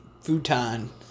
futon